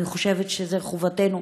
אני חושבת שזו חובתנו